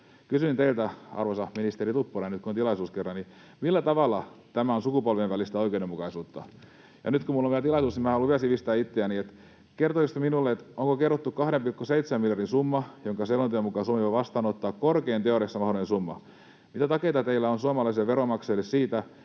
Kysyn teiltä, arvoisa ministeri Tuppurainen, nyt kun kerran on tilaisuus: millä tavalla tämä on sukupolvien välistä oikeudenmukaisuutta? Ja nyt kun minulla on vielä tilaisuus, haluan vielä sivistää itseäni: Kertoisitteko minulle, onko kerrottu 2,7 miljardin summa, jonka Suomi on selonteon mukaan vastaanottanut, korkein teoriassa mahdollinen summa? Mitä takeita teillä on suomalaisille veronmaksajille siitä,